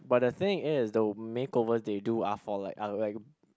but the thing is the makeover they do are for like are like